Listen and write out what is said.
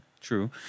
True